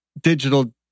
digital